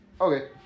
okay